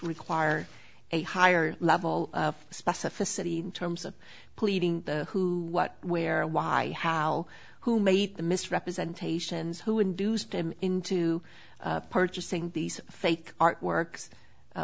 require a higher level of specificity in terms of pleading the who what where why how who made the misrepresentations who induced him into purchasing these fake artwork